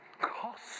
cost